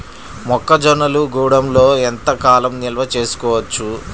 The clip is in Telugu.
మొక్క జొన్నలు గూడంలో ఎంత కాలం నిల్వ చేసుకోవచ్చు?